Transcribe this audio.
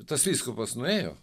tas vyskupas nuėjo